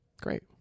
Great